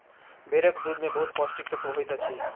भेड़क दूध में बहुत पौष्टिक तत्व होइत अछि